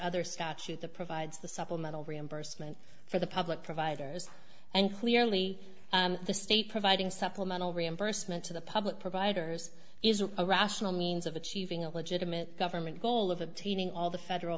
other scotches the provides the supplemental reimbursement for the public providers and clearly the state providing supplemental reimbursement to the public providers is a rational means of achieving a legitimate government goal of obtaining all the federal